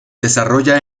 desarrolla